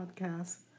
podcast